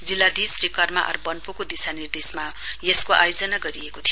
जिल्लाधीश श्री कर्म आर वन्पोको दिशा निर्देशक यसको आयोजना गरिएको थियो